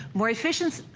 more efficiently,